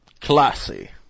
Classy